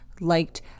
liked